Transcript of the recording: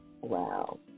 Wow